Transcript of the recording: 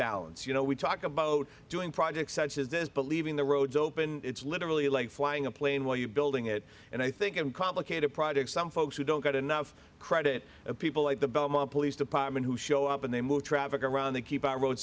balance you know we talk about doing projects such as this but leaving the roads open it's literally like flying a plane while you're building it and i think in complicated projects some folks who don't get enough credit people like the belmont police department who show up and they move traffic around the keep